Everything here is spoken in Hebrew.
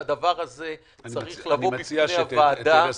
שהדבר הזה צריך לבוא בפני הוועדה --- אני מציע שתנסה